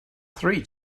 three